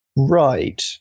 Right